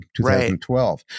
2012